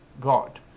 God